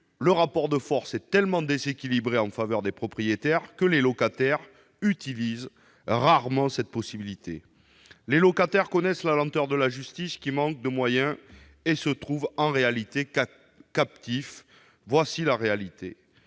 le rapport de forces est tellement déséquilibré en faveur des propriétaires que les locataires utilisent rarement cette possibilité. Les locataires connaissent la lenteur de la justice, qui manque de moyens, et se trouvent en réalité captifs. Voilà la réalité